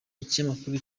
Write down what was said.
ikinyamakuru